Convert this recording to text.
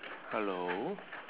hello